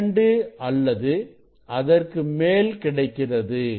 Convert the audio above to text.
இரண்டு அல்லது அதற்கு மேல் கிடைக்கிறது